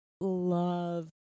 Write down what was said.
love